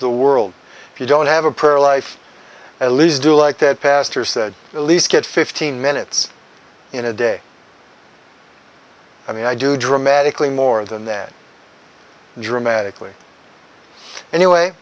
the world if you don't have a prayer life at least do like that pastor said at least get fifteen minutes in a day i mean i do dramatically more than there dramatically anyway